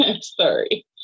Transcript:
Sorry